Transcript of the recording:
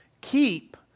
keep